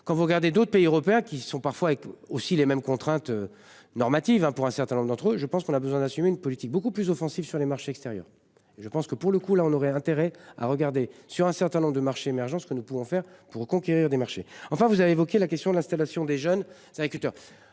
quand vous regardez d'autres pays européens qui sont parfois avec aussi les mêmes contraintes. Normatives hein pour un certain nombre d'entre eux et je pense qu'on a besoin d'assumer une politique beaucoup plus offensive sur les marchés extérieurs. Je pense que pour le coup, là on aurait intérêt à regarder sur un certain nombre de marchés émergents ce que nous pouvons faire pour conquérir des marchés, enfin vous avez évoqué la question de l'installation des jeunes cidriculteurs,